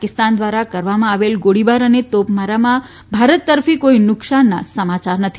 પાકિસ્તાનદ્વારા કરવામાં આવેલા ગોળીબાર અને તોપમારામાં ભારત તરફી કોઈ નુકસાનના સમાચાર નથી